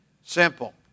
simple